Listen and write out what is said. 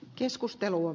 keskusteluun